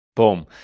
Boom